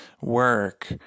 work